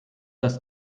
das